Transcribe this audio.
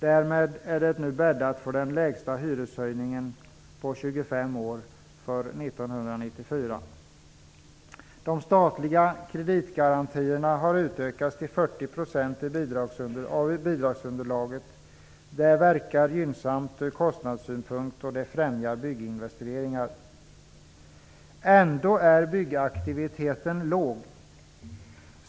Därmed är det nu 1994 bäddat för den lägsta hyreshöjningen på 25 år. De statliga kreditgarantierna har utökats till 40 % av bidragsunderlaget. Det verkar gynnsamt från kostnadssynpunkt och det främjar bygginvesteringar. Ändå är byggaktiviteten låg.